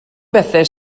bethau